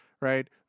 Right